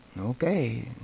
Okay